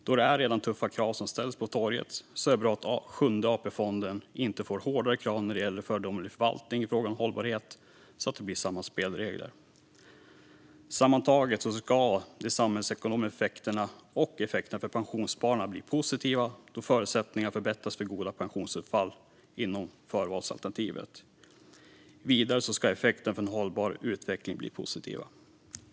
Det är redan tuffa krav som ställs på torget, och det är bra att Sjunde AP-fonden inte får hårdare krav när det gäller föredömlig förvaltning i fråga om hållbarhet så att det blir samma spelregler. Sammantaget ska de samhällsekonomiska effekterna och effekterna för pensionsspararna bli positiva eftersom förutsättningarna förbättras för goda pensionsutfall inom förvalsalternativet. Vidare ska effekterna för en hållbar utveckling bli positiva.